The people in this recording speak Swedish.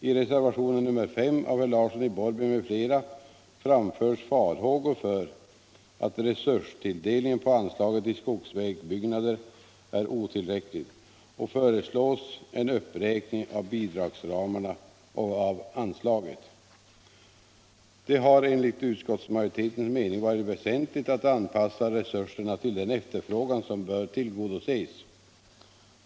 I reservationen 5 av herr Larsson i Borrby m.fl. framförs farhågor för att resurstilldelningen på anslaget till skogsvägbyggnader är otillräcklig och föreslås en uppräkning av bidragsramarna och av anslaget. Det har enligt utskottsmajoritetens mening varit väsentligt att anpassa resurserna till den efterfrågan som bör tillgodoses.